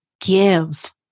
give